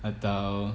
atau